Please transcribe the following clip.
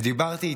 דיברתי איתם,